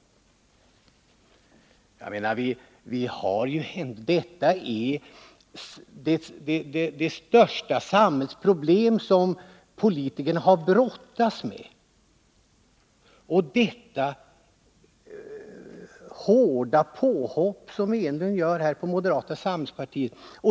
Detta är det största samhällsproblem som politikerna har att brottas med, och så gör Eric Enlund detta hårda påhopp på moderata samlingspartiet.